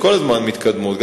וכל הזמן מתקדמות,